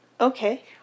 Okay